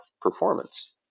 performance